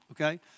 okay